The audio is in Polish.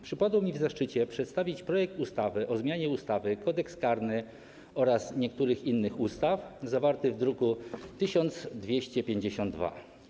Przypadło mi w zaszczycie przedstawić projekt ustawy o zmianie ustawy Kodeks karny oraz niektórych innych ustaw, druk nr 1252.